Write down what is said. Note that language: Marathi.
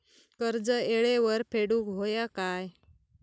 कर्ज येळेवर फेडूक होया काय?